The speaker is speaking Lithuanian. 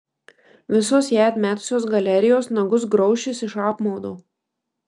visos ją atmetusios galerijos nagus graušis iš apmaudo